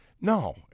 no